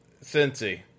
Cincy